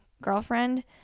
girlfriend